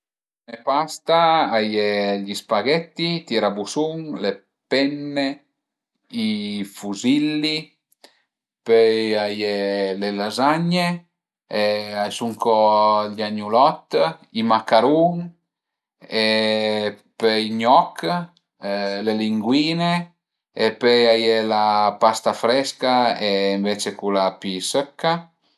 Cume pasta a ie i spaghetti, i tirabusun, le penne, i fuzilli, pöi a ie le lazagne, a i sun co i agnulot, i macarun e pöi i gnoch, le linguine e pöi a ie la pasta frësca e ënvece cula pi sëcca